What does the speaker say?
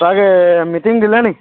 তাকে মিটিং দিলে নি